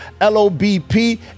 LOBP